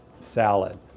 salad